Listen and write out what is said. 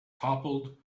toppled